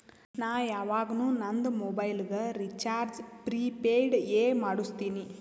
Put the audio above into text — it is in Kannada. ನಾ ಯವಾಗ್ನು ನಂದ್ ಮೊಬೈಲಗ್ ರೀಚಾರ್ಜ್ ಪ್ರಿಪೇಯ್ಡ್ ಎ ಮಾಡುಸ್ತಿನಿ